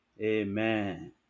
Amen